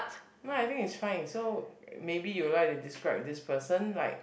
no I think it's fine so maybe you like to describe this person like